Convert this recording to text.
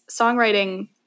songwriting